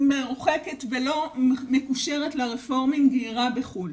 מרוחקת ולא מקושרת לרפורמים גיירה בחו"ל,